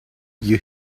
you